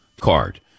card